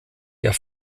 der